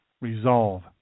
resolve